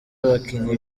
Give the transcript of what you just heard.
abakinnyi